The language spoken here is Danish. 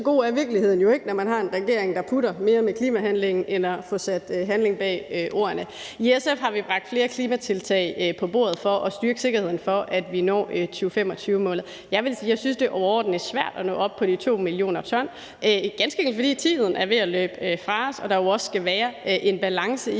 god er virkeligheden jo ikke, når man har en regering, der mere putter med klimahandlingen end får sat handling bag ordene. I SF har vi bragt flere klimatiltag på bordet for at styrke sikkerheden for, at vi når 2025-målet. Jeg vil sige, at jeg synes, det er overordentlig svært at nå op på de 2 mio. t, ganske enkelt fordi tiden er ved at løbe fra os og der jo også skal være en balance i,